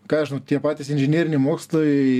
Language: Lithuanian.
ką žinau tie patys inžineriniai mokslai